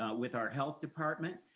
ah with our health department.